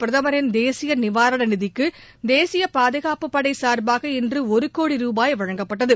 பிரதமரின் தேசிய நிவாரண நிதிக்கு தேசிய பாதுகாப்பு படை சார்பாக இன்று ஒரு கோடி ரூபாய் வழங்கப்பட்டது